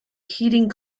heating